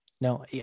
no